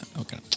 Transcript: Okay